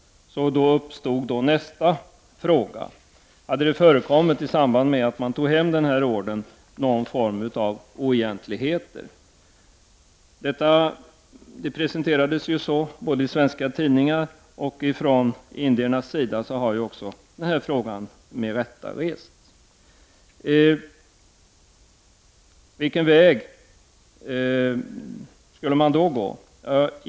Då uppstod nästa fråga: Hade det i samband med att man tog hem den här ordern förekommit någon form av oegentligheter? Det presenterades ju så i svenska tidningar, och från indiernas sida har också den här frågan med rätta rests. Vilken väg skulle man då gå?